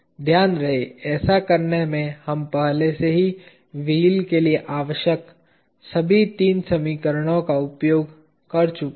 ध्यान रहे ऐसा करने में हम पहले से ही व्हील के लिए आवश्यक सभी 3 समीकरणों का उपयोग कर चुके हैं